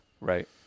right